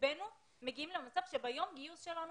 רובנו מגיעים למצב שביום הגיוס שלנו